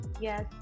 Yes